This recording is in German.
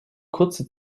kurze